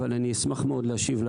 אבל אני אשמח מאוד להשיב.